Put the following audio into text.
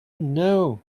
know